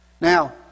Now